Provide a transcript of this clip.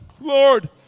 Lord